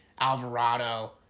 Alvarado